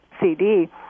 CD